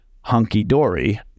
hunky-dory